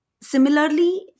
similarly